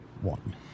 one